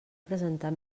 presentar